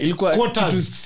Quarters